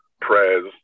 Prez